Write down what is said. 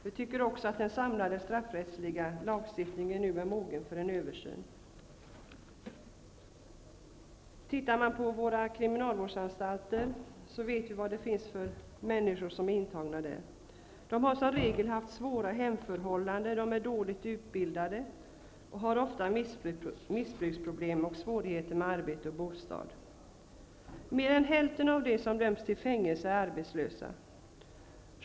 Vi tycker också att den samlade straffrättsliga lagstiftningen nu är mogen för en översyn. Vi vet vad det är för människor som är intagna på våra kriminalvårdsanstalter. De har som regel haft svåra hemförhållanden. De är dåligt utbildade och har ofta missbruksproblem och svårigheter med arbete och bostad. Mer än hälften av dem som döms till fängelse är arbetslösa.